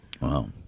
Wow